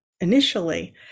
initially